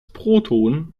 proton